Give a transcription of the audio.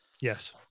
Yes